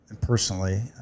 personally